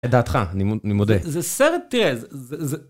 את דעתך, אני מודה. זה סרט, תראה.